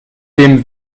dem